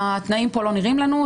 התנאים פה לא נראים לנו,